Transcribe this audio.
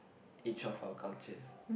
each of our cultures